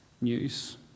news